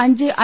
അഞ്ച് ഐ